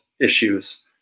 issues